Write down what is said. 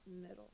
Middle